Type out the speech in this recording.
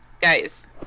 Guys